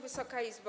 Wysoka Izbo!